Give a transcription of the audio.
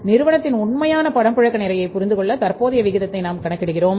நிறுவனத்தின் உண்மையான பணப்புழக்க நிலையைப் புரிந்து கொள்ள தற்போதைய விகிதத்தை நாம் கணக்கிடுகிறோம்